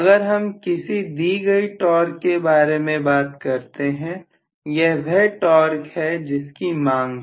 अगर हम किसी दी गई टॉर्क के बारे में बात करते हैं यह वह टॉर्क है जिसकी मांग है